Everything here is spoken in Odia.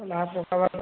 ଲାଭ୍ ପକାବାର